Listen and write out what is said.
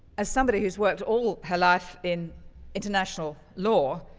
as somebody who's worked all her life in international law,